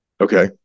Okay